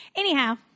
Anyhow